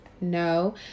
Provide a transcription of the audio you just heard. No